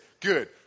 good